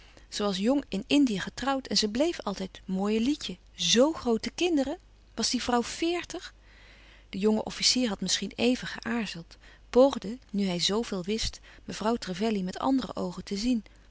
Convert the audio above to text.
was jong in indië getrouwd en ze bleef altijd mooie lietje zoo groote kinderen was die vrouw veertig de jonge officier had misschien even geaarzeld poogde nu hij zoo veel wist mevrouw trevelley met andere oogen te zien